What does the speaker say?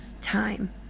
time